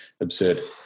absurd